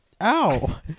Ow